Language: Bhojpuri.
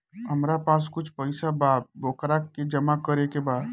हमरा पास कुछ पईसा बा वोकरा के जमा करे के बा?